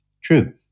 true